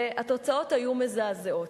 והתוצאות היו מזעזעות: